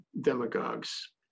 demagogues